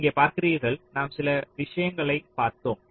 இங்கே பார்க்கிறீர்கள் நாம் சில விஷயங்களைப் பார்த்தோம்